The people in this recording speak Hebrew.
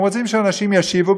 הם רוצים שאנשים ישיבו,